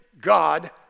God